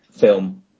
film